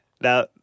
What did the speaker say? now